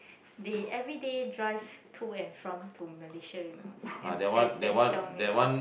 they everyday drive to and from to Malaysia you know that that's that's xiong you know